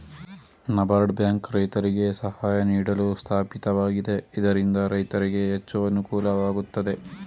NABARD bank ರೈತರಿಗೆ ಸಹಾಯ ನೀಡಲು ಸ್ಥಾಪಿತವಾಗಿದೆ ಇದರಿಂದ ರೈತರಿಗೆ ಹೆಚ್ಚು ಅನುಕೂಲವಾಗುತ್ತದೆ